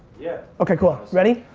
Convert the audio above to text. yeah okay cool, ready?